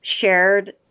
shared